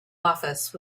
office